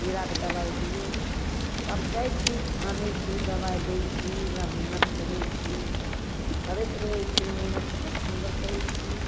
कीड़ा के दवाइ दियौ तब जाइ छी आनै छी दवाइ दै छी ओकरा मेहनत करै छी करैत रहै छी मेहनत तऽ बड सुन्दर करै छी